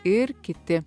ir kiti